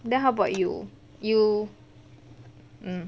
then how about you you mm